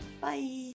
bye